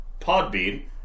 Podbean